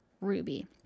Ruby